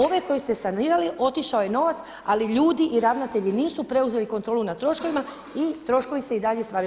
Ove koje ste sanirali, otišao je novac, ali ljudi i ravnatelji nisu preuzeli kontrolu nad troškovima i troškovi se i dalje stvaraju.